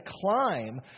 climb